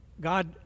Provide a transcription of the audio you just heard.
God